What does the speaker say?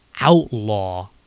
outlaw